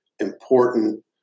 important